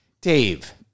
Dave